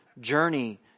journey